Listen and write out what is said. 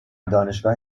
دانشگاه